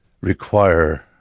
require